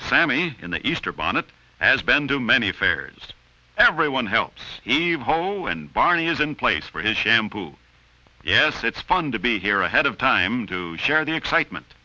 sammy in the easter bonnet has been too many affairs everyone helps evolve and barney is in place for his shampoo yes it's fun to be here ahead of time to share the excitement